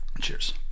Cheers